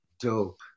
dope